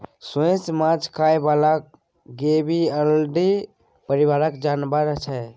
सोंइस माछ खाइ बला गेबीअलीडे परिबारक जानबर छै